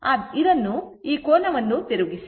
ಇದನ್ನು ಈ ಕೋನವನ್ನು ತಿರುಗಿಸಿ